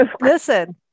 Listen